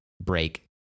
break